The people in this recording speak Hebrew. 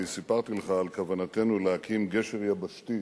אני סיפרתי לך על כוונתנו להקים גשר יבשתי,